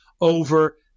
over